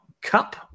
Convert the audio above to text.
Cup